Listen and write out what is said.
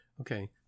okay